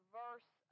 verse